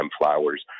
flowers